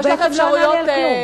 הוא בעצם לא ענה לי על כלום.